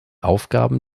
aufgaben